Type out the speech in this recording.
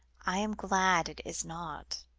i am glad it is not.